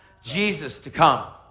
jesus to come.